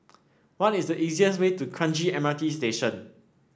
what is the easiest way to Kranji M R T Station